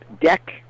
deck